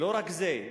ולא רק זה,